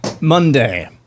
Monday